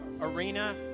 arena